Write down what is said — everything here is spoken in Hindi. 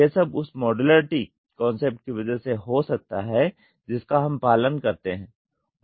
यह सब उस मॉड्यूलरिटी कॉन्सेप्ट की वजह से हो सकता है जिसका हम पालन करते हैं